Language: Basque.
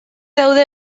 daude